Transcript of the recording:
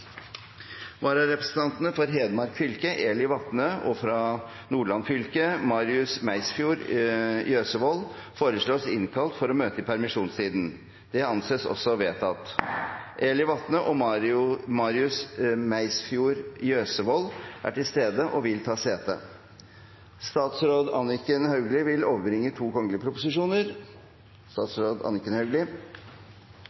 For Nordland fylke: Marius Meisfjord Jøsevold Eli Wathne og Marius Meisfjord Jøsevold er til stede og vil ta sete. Representanten Bjørnar Moxnes vil